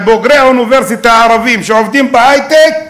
בוגרי האוניברסיטה הערבים שעובדים בהיי-טק,